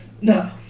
no